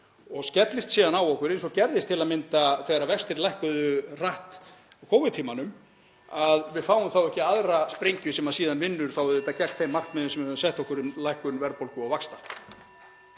og skellist síðan á okkur, eins og gerðist til að mynda þegar vextir lækkuðu hratt Covid-tímanum, að við fáum þá ekki aðra sprengju sem síðan vinnur auðvitað gegn þeim markmiðum sem við höfum sett okkur um lækkun verðbólgu og vaxta.